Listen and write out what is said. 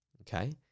Okay